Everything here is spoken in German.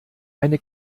eine